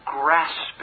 grasping